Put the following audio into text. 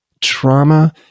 trauma